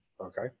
okay